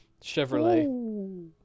Chevrolet